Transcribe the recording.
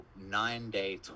nine-day